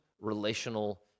Relational